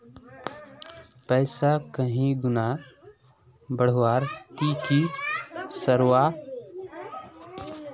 पैसा कहीं गुणा बढ़वार ती की करवा सकोहिस?